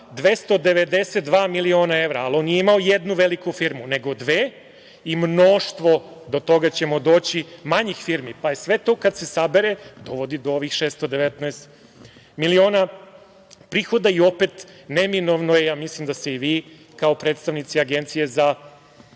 292 miliona evra. Ali on nije imao jednu veliku firmu, nego dve, i mnoštvo, do toga ćemo doći, manjih firmi. Sve to kada se sabere dovodi do ovih 619 miliona prihoda i opet neminovno je, a mislim da se i vi kao predstavnici Agencije za